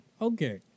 Okay